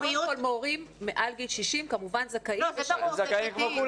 מורים מעל גיל 60 כמובן זכאים --- זה כמו כולם.